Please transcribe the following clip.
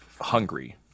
hungry